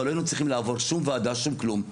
אבל לא היינו צריכים לעבור שום ועדה, שום כלום.